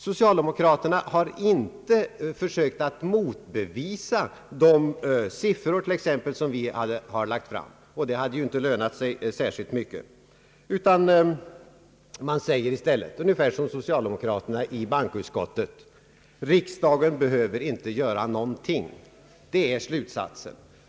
Socialdemokraterna har inte försökt att motbevisa de siffror, som vi har lagt fram, och det hade ju inte lönat sig särskilt mycket. Man säger i stället ungefär som socialdemokraterna i bankoutskottet: Riksdagen behöver inte göra någonting. Det är slutsaisen!